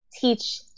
teach